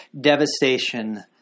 devastation